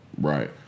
Right